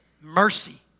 Mercy